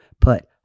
put